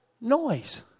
noise